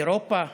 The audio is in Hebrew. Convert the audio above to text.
אירופה